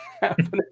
happening